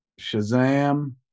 Shazam